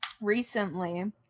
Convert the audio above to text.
recently